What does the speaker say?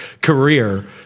career